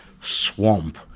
swamp